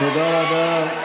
תודה רבה,